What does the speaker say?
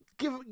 Give